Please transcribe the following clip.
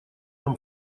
нам